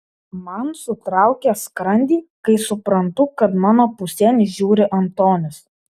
man sutraukia skrandį kai suprantu kad mano pusėn žiūri antonis